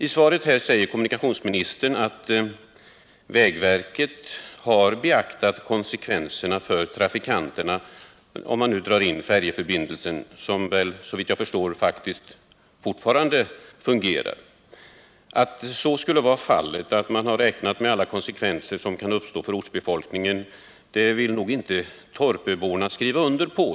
I svaret här säger kommunikationsministern att vägverket har beaktat konsekvenserna för trafikanterna om färjeförbindelsen dras in, vilken väl, såvitt jag förstår, fortfarande fungerar. Att så skulle vara fallet och att man har räknat med alla konsekvenser som skulle kunna uppstå för ortsbefolkningen vill nog inte torpöborna skriva under på.